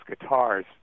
guitars